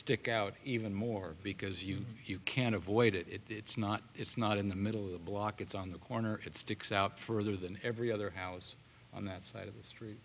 stick out even more because you you can't avoid it it's not it's not in the middle of the block it's on the corner it sticks out further than every other house on that side of the street